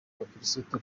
abakirisitu